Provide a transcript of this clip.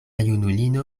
junulino